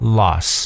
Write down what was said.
loss